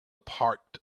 parked